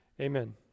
Amen